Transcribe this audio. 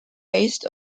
based